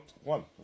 one